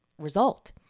result